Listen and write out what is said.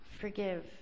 Forgive